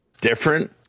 different